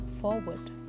forward